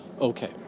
Okay